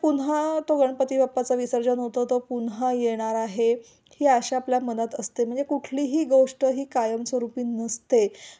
पुन्हा तो गणपती बाप्पाचा विसर्जन होतं तो पुन्हा येणार आहे ही अशा आपल्या मनात असते म्हणजे कुठलीही गोष्ट ही कायमस्वरूपी नसते